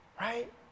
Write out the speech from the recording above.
right